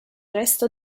resto